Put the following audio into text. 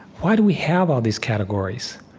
why do we have all these categories?